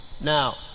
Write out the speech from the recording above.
Now